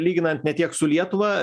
lyginant ne tiek su lietuva